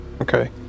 okay